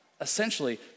essentially